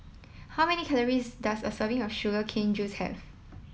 how many calories does a serving of sugar cane juice have